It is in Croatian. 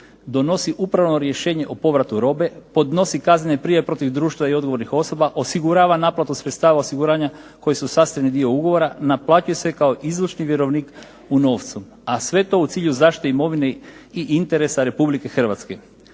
donosi upravno rješenje o povratu robe, podnosi kaznene prijave protiv društva i odgovornih osoba, osigurava naplatu sredstava osiguranja koji su sastavni dio ugovora, naplaćuje se kao izvršni vjerovnik u novcu a sve to u cilju zaštite imovine i interesa Republike Hrvatske.